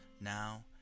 now